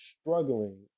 struggling